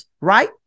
right